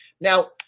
Now